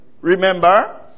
remember